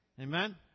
Amen